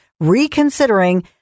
reconsidering